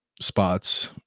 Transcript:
spots